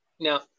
now